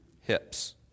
hips